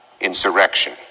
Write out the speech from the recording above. insurrection